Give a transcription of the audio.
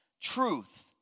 truth